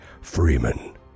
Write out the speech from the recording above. Freeman